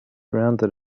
rounded